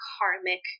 karmic